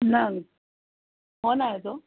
ના ફોન આવ્યો હતો